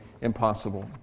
impossible